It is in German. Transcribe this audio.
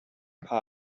paar